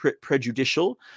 prejudicial